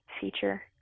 feature